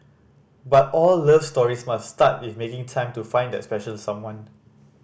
but all love stories must start with making time to find that special someone